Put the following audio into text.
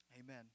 Amen